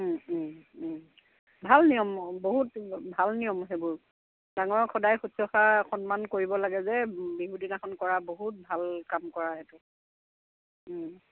ভাল নিয়ম বহুত ভাল নিয়ম সেইবোৰ ডাঙৰক সদায় শুশ্ৰূষা সন্মান কৰিব লাগে যে বিহু দিনাখন কৰা বহুত ভাল কাম কৰা সেইটো